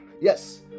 Yes